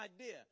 idea